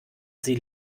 sie